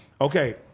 Okay